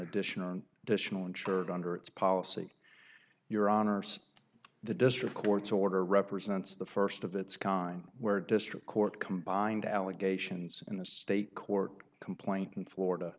additional decisional insured under its policy your honor the district court's order represents the st of its kind where district court combined allegations in the state court complaint in florida